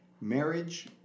Marriage